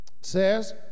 says